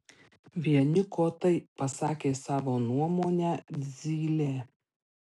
vieni kotai pasakė savo nuomonę zylė